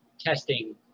testing